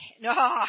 no